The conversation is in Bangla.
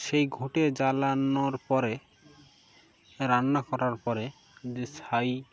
সেই ঘুঁটে জ্বালানোর পরে রান্না করার পরে যে ছাই